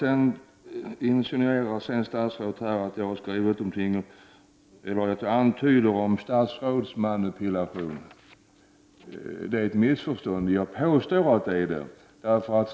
Vidare säger statsrådet att jag har antytt att det varit fråga om ”statsrådsmanipulation”. Det är ett missförstånd — jag påstår att det är statsrådsmanipulation.